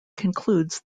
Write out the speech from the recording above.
concludes